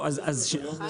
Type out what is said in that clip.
לא, אז שנייה.